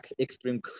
extreme